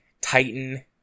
Titan